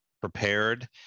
prepared